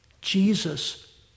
Jesus